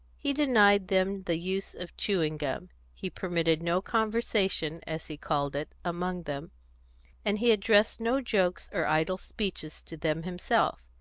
he denied them the use of chewing-gum he permitted no conversation, as he called it, among them and he addressed no jokes or idle speeches to them himself.